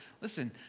listen